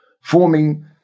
forming